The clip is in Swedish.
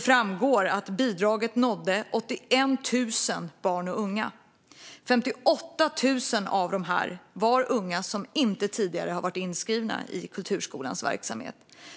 framgår att bidraget nådde 81 000 barn och unga, och 58 000 av dessa var unga som inte tidigare varit inskrivna i kulturskolans verksamhet.